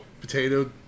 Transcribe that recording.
potato